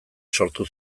sortu